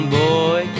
boy